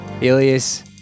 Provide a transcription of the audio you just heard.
Ilias